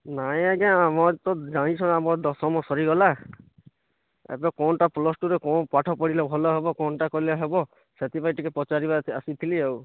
ନାଇଁ ଆଜ୍ଞା ଆମର ତ ଜାଣିଛନ୍ତି ଆମର ଦଶମ ସରିଗଲା ଏବେ କଣଟା ପ୍ଲସ୍ ଟୁରେ କଣ ପାଠ ପଢ଼ିଲେ ଭଲ ହେବ କଣଟା କଲେ ହେବ ସେଥିପାଇଁ ଟିକେ ପଚାରିବା କେ ଆସିଥିଲି ଆଉ